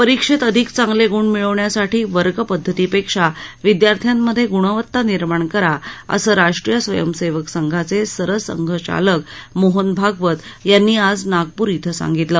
परिक्षेत अधिक चांगले ग्ण मिळवण्यासाठी वर्गपद्धतीपेक्षा विद्यार्थ्यांमधे ग्णवत्ता निर्माण करा असं राष्ट्रीय स्वयंसेवक संघाचे सरसंघचालक मोहन भागवत यांनी आज नागपूर इथं सांगितलं